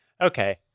okay